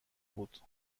بود